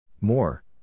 More